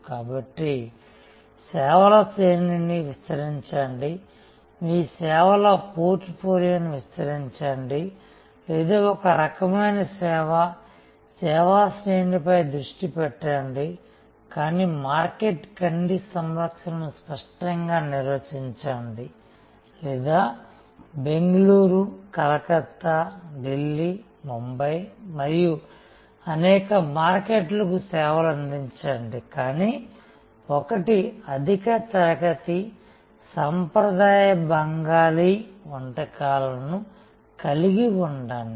కాబట్టి సేవల శ్రేణిని విస్తరించండి మీ సేవల పోర్ట్ఫోలియోను విస్తరించండి లేదా ఒక రకమైన సేవ సేవా శ్రేణిపై దృష్టి పెట్టండి కానీ మార్కెట్ కంటి సంరక్షణను స్పష్టంగా నిర్వచించండి లేదా బెంగళూరు కలకత్తా ఢిల్లీ బొంబాయి మరియు అనేక మార్కెట్లకు సేవలు అందించండి కానీ ఒకటి అధిక తరగతి సంప్రదాయ బెంగాలీ వంటకాలను కలిగి ఉండండి